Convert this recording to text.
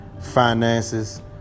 finances